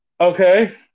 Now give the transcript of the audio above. Okay